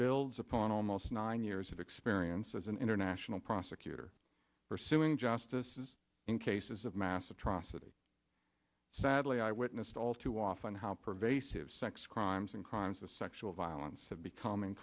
builds upon almost nine years of experience as an international prosecutor pursuing justice is in cases of mass atrocity sadly i witnessed all too often how pervasive sex crimes and crimes of sexual violence have becom